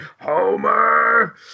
homer